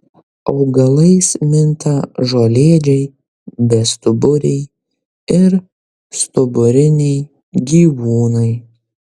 augalais minta žolėdžiai bestuburiai ir stuburiniai gyvūnai